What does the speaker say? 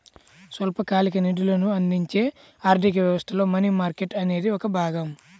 స్వల్పకాలిక నిధులను అందించే ఆర్థిక వ్యవస్థలో మనీ మార్కెట్ అనేది ఒక భాగం